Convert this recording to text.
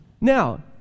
Now